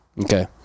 Okay